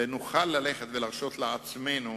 ונוכל להרשות לעצמנו